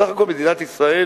סך הכול, מדינת ישראל